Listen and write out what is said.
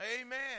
Amen